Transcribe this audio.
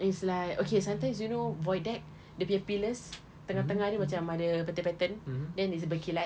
it's like okay sometimes you know void deck dia punya pillars tengah tengah dia macam ada pattern pattern then it's berkilat